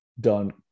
done